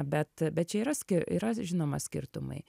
bet bet čia yra ski yra žinoma skirtumai